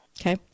Okay